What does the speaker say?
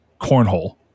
Cornhole